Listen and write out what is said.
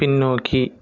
பின்னோக்கி